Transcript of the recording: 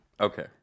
Okay